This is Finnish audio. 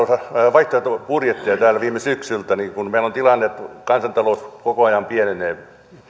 vaihtoehtobudjetteja täällä viime syksyltä niin kun meillä on tilanne että kansantalous koko ajan pienenee